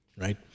Right